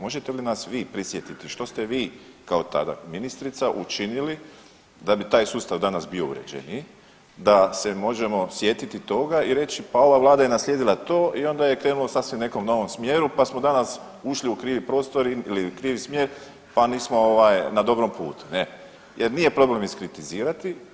Možete li nas vi prisjetiti što ste vi kao tada ministrica učinili da bi taj sustav danas bio uređeniji, da se možemo sjetiti toga i reći, pa ova vlada je naslijedila to i onda je krenulo u sasvim nekom novom smjeru, pa smo danas ušli u krivi prostor ili krivi smjer, pa nismo ovaj na dobrom putu ne, jer nije problem iskritizirati.